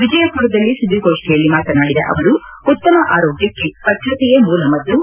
ವಿಜಯಪುರದಲ್ಲಿ ಸುದ್ದಿಗೋಷ್ಠಿಯಲ್ಲಿ ಮಾತನಾಡಿದ ಅವರು ಉತ್ತಮ ಆರೋಗ್ಯಕ್ಷೆ ಸ್ವಚ್ಛತೆಯೇ ಮೂಲ ಮದ್ದು